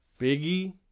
Biggie